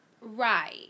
right